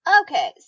Okay